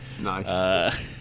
nice